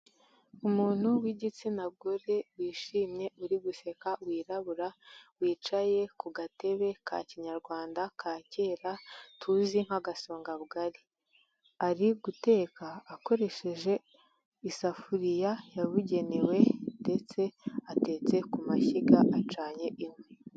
Umuntu w'igitsina gore wishimye uri guseka wirabura wicaye ku gatebe ka Kinyarwanda ka cyera tuzi nk'agasongabugari. Ari guteka akoresheje isafuriya yabugenewe ndetse atetse ku mashyiga acanye inkwi.